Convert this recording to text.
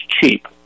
cheap